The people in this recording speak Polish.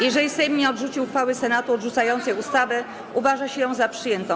Jeżeli Sejm nie odrzuci uchwały Senatu odrzucającej ustawę, uważa się ją za przyjętą.